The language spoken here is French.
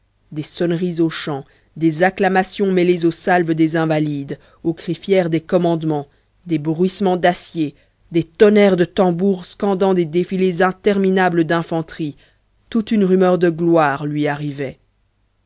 des sonneries aux champs des acclamations mêlées aux salves des invalides aux cris fiers des commandements des bruissements d'acier des tonnerres de tambours scandant des défilés interminables d'infanterie toute une rumeur de gloire lui arrivait